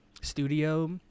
studio